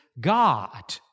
God